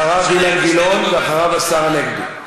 אחריו, אילן גילאון, ואחריו, השר הנגבי.